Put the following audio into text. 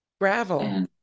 Gravel